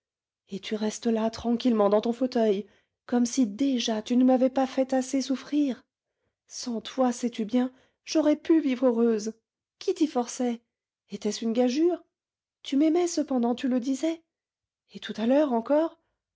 et tu restes là tranquillement dans ton fauteuil comme si déjà tu ne m'avais pas fait assez souffrir sans toi sais-tu bien j'aurais pu vivre heureuse qui t'y forçait était-ce une gageure tu m'aimais cependant tu le disais et tout à l'heure encore